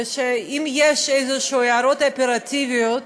ואם יש איזשהן הערות אופרטיביות